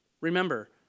Remember